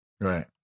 Right